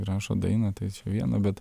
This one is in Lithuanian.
įrašo dainą tai viena bet